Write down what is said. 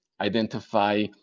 identify